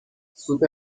سوپ